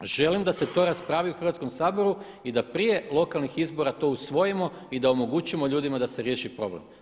Želim da se to raspravi u Hrvatskom saboru i da prije lokalnih izbora to usvojimo i da omogućimo ljudima da se riješi problem.